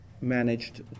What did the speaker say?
managed